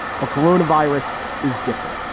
but corona virus is different.